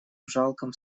жалком